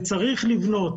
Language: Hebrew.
וצריך לבנות,